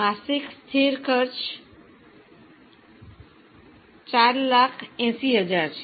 માસિક સ્થિર ખર્ચ 480000 છે